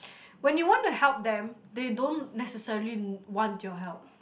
when you want to help them they don't necessarily want your help